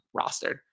rostered